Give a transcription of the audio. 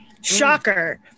shocker